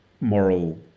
moral